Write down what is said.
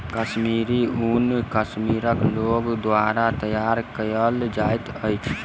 कश्मीरी ऊन कश्मीरक लोक द्वारा तैयार कयल जाइत अछि